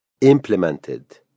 implemented